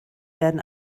werden